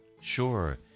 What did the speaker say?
Sure